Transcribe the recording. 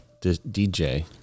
DJ